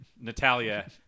Natalia